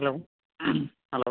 hello hello